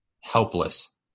helpless